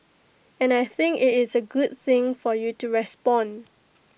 and I think IT is A good thing for you to respond